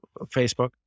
Facebook